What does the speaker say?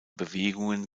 bewegungen